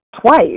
twice